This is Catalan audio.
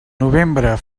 novembre